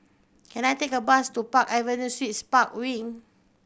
can I take a bus to Park Avenue Suites Park Wing